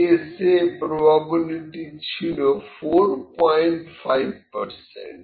কেসে প্রবাবিলিটি ছিল 45 পারসেন্ট